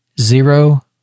zero